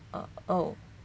uh oh